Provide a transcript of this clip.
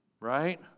right